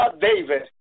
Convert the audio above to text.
David